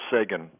Sagan